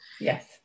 Yes